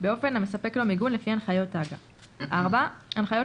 באופן המספק לו מיגון לפי הנחיות הג"א; (4) הנחיות